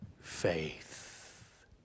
faith